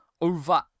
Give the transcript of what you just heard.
over